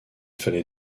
fallait